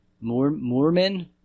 Mormon